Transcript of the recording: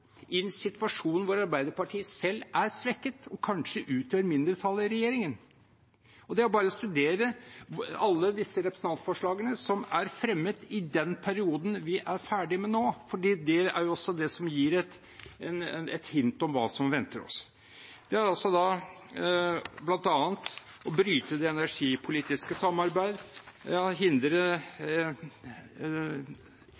i en situasjon der Arbeiderpartiet selv er svekket og kanskje utgjør mindretallet i regjeringen. Det er bare å studere alle disse representantforslagene som er fremmet i den perioden vi nå er ferdig med, for det gir et hint om hva som venter oss. Det er bl.a. å bryte det energipolitiske samarbeidet, hindre